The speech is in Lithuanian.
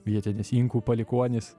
vietinis inkų palikuonis